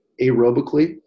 aerobically